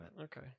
Okay